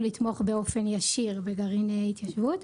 לתמוך באופן ישיר בגרעיני התיישבות,